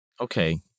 Okay